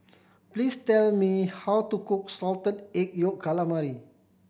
please tell me how to cook Salted Egg Yolk Calamari